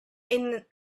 innumerable